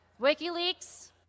WikiLeaks